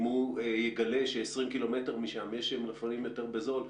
אם הוא יגלה ש-20 קילומטרים משם יש מלפפונים יותר בזול,